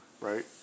right